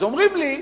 אז אומרים לי: